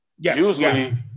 Usually